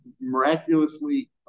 miraculously